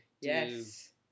Yes